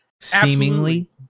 Seemingly